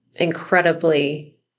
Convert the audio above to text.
incredibly